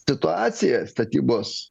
situacija statybos